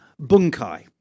Bunkai